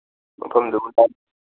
ꯃꯐꯝꯗꯨ